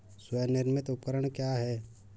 स्वनिर्मित उपकरण क्या है?